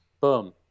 boom